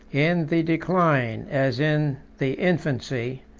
in the decline, as in the infancy,